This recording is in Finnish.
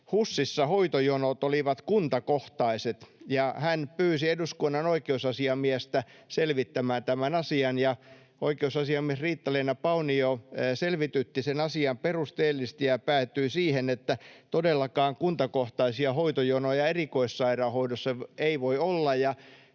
HUSissa hoitojonot olivat kuntakohtaiset, ja hän pyysi eduskunnan oikeusasiamiestä selvittämään tämän asian. Oikeusasiamies Riitta-Leena Paunio selvitytti sen asian perusteellisesti ja päätyi siihen, että todellakaan kuntakohtaisia hoitojonoja erikoissairaanhoidossa ei voi olla.